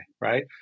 right